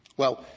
well,